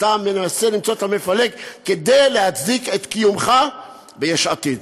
שאתה מנסה למצוא את המפלג כדי להצדיק את קיומך ביש עתיד,